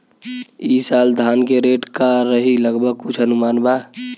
ई साल धान के रेट का रही लगभग कुछ अनुमान बा?